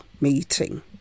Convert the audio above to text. meeting